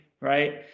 right